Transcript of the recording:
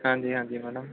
ਹਾਂਜੀ ਹਾਂਜੀ ਮੈਡਮ